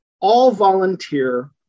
all-volunteer